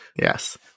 Yes